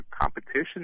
competition